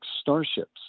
Starships